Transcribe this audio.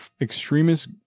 extremist